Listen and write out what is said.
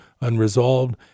unresolved